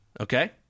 Okay